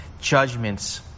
judgments